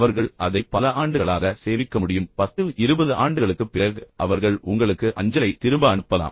அவர்கள் அதை பல ஆண்டுகளாக சேமிக்க முடியும் 10 ஆண்டுகளுக்குப் பிறகு 20 ஆண்டுகளுக்குப் பிறகு அவர்கள் உங்களுக்கு அஞ்சலை திரும்ப அனுப்பலாம்